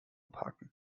parken